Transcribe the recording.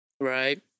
right